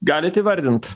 galit įvardint